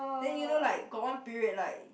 then you know right got one period like